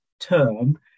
term